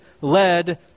led